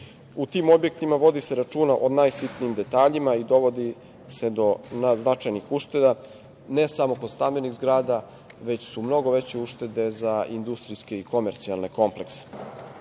U tim objektima vodi se računa o najsitnijim detaljima i dovodi se do značajnih ušteda ne samo kod stambenih zgrada, već su mnogo veće uštede za industrijske i komercijalne komplekse. Namerno